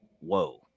whoa